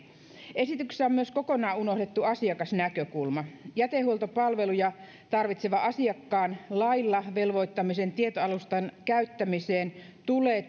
esityksessä on myös kokonaan unohdettu asiakasnäkökulma jätehuoltopalveluja tarvitsevan asiakkaan lailla velvoittamisen tietoalustan käyttämiseen tulee